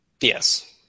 Yes